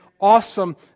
awesome